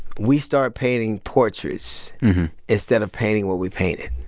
we start painting portraits instead of painting what we painted.